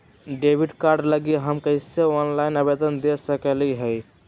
Debit card लागी हम कईसे ऑनलाइन आवेदन दे सकलि ह?